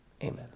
Amen